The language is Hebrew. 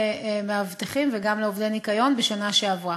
למאבטחים וגם לעובדי ניקיון בשנה שעברה.